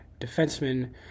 defenseman